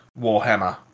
Warhammer